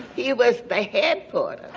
he was they had put and